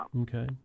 Okay